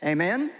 AMEN